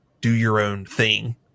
do-your-own-thing